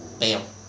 没有